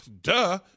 Duh